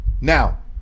now